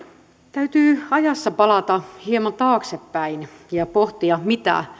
täytyy ajassa palata hieman taaksepäin ja pohtia mitä